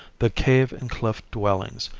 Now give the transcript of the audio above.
the cave and cliff dwellings,